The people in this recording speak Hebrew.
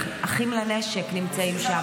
אחים לנשק נמצאים שם.